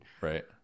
Right